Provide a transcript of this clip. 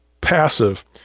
passive